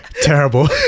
Terrible